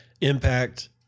impact